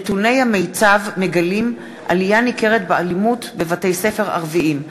נתוני המיצ"ב מגלים עלייה ניכרת באלימות בבתי-ספר ערביים.